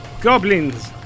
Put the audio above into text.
Goblins